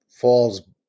falls